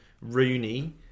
Rooney